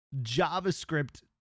JavaScript